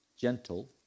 gentle